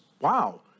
wow